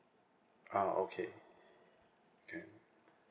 ah okay can